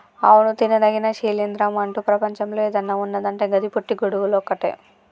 అవును తినదగిన శిలీంద్రం అంటు ప్రపంచంలో ఏదన్న ఉన్నదంటే గది పుట్టి గొడుగులు ఒక్కటే